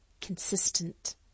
consistent